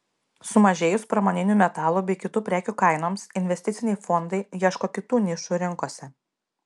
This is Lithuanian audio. sumažėjus pramoninių metalų bei kitų prekių kainoms investiciniai fondai ieško kitų nišų rinkose